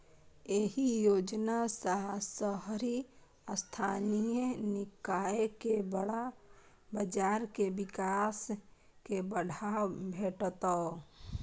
एहि योजना सं शहरी स्थानीय निकाय के बांड बाजार के विकास कें बढ़ावा भेटतै